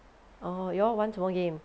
orh y'all 玩什么 game